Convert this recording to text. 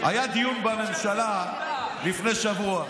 היה דיון בממשלה לפני שבוע.